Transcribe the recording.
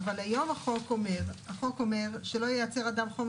אבל היום החוק אומר שלא ייצר אדם חומר